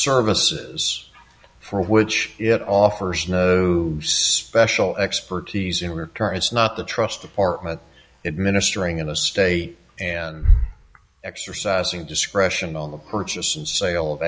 services for which it offers no special expertise in return it's not the trust department it ministering in the state and exercising discretion on the purchase and sale of